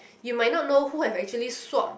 you might not know who have actually swap